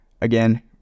again